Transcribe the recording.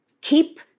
keep